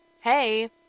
hey